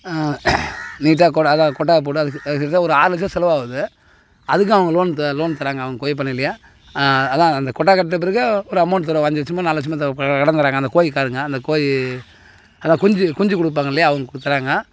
நீட்டாக அதை கொட்டாகை போட அது அது கிட்டத்தட்ட ஒரு ஆளுக்கே செலவு ஆகுது அதுக்கும் அவங்க லோன் த லோன் தராங்க அவங்க கோழிப்பண்ணையிலேயே அதுதான் அந்த கொட்டாகை கட்டின பிறகு ஒரு அமௌண்ட் தருவாங்க அஞ்சு லட்சமோ நாலு லட்சமோ இடம் தராங்க அந்த கோழிக்காரவங்க அந்த கோழி அந்த குஞ்சு குஞ்சு கொடுப்பாங்க இல்லையா அவங்க கொடுத்தட்றாங்க